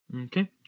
Okay